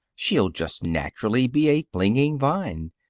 she'll just naturally be a clinging vine.